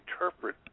interpret